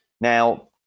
Now